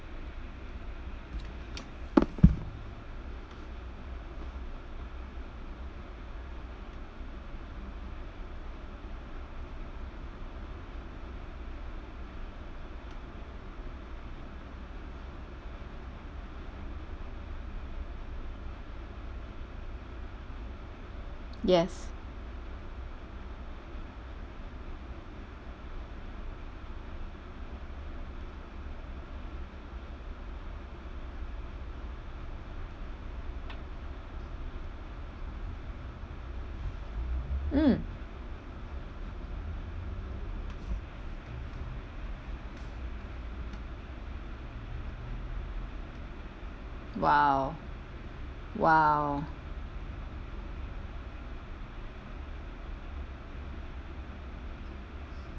yes mm !wow! !wow!